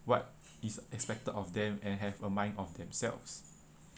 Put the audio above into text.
what is expected of them and have a mind of themselves